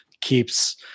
keeps